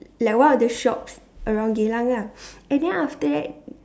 like one of the shops around Geylang lah and then after that